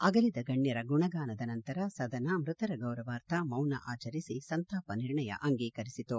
ಅಗಲಿದ ಗಣ್ಯರ ಗುಣಗಾನದ ನಂತರ ಸದನ ಮೃತರ ಗೌರವಾರ್ಥ ಮೌನ ಆಚರಿಸಿ ಸಂತಾಪ ನಿರ್ಣಯ ಆಂಗೀಕರಿಸಿತು